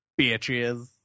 bitches